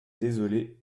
désolé